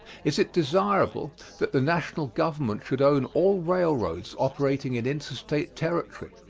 is it desirable that the national government should own all railroads operating in interstate territory?